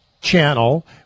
channel